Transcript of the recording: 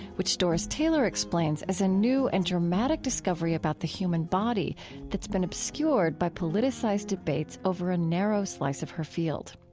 which doris taylor explains as a new and dramatic discovery about the human body that's been obscured by politicized debates over a narrow slice of her field.